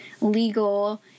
legal